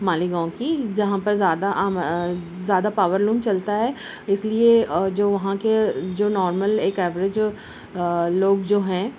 مالیگاؤں کی جہاں پر زیادہ زیادہ پاور لوم چلتا ہے اس لئے جو وہاں کے جو نارمل ایک ایوریج لوگ جو ہیں